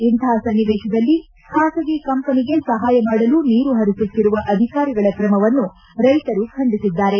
ಇಂತಹ ಸನ್ನಿವೇಶದಲ್ಲಿ ಖಾಸಗಿ ಕಂಪನಿಗೆ ಸಹಾಯ ಮಾಡಲು ನೀರು ಹರಿಸುತ್ತಿರುವ ಅಧಿಕಾರಗಳ ಕ್ರಮವನ್ನು ರೈತರು ಖಂಡಿಸಿದ್ದಾರೆ